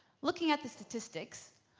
looking at the statistics,